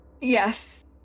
Yes